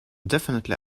definitely